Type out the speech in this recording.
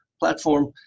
platform